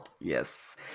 yes